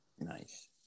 Nice